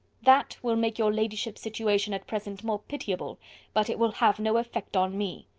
that will make your ladyship's situation at present more pitiable but it will have no effect on me.